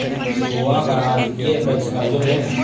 गोवा का राजकीय वृक्ष अर्जुन है